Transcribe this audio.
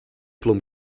plum